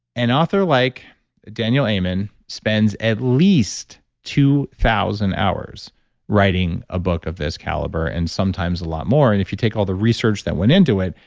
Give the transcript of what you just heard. an author like daniel amen spends at least two thousand hours writing a book of this caliber and sometimes a lot more. and if you take all the research that went into it,